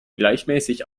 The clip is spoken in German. gleichmäßig